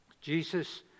Jesus